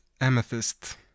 Amethyst